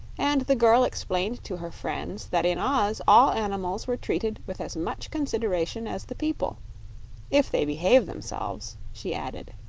and the girl explained to her friends that in oz all animals were treated with as much consideration as the people if they behave themselves, she added.